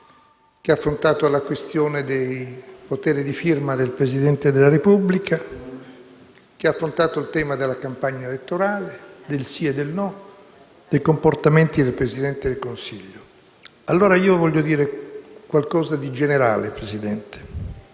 che ha affrontato la questione dei poteri di firma del Presidente della Repubblica, che ha affrontato il tema della campagna elettorale, del sì e del no, dei comportamenti del Presidente del Consiglio. Ebbene, voglio dire qualcosa di generale, signor Presidente.